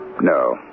No